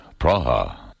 Praha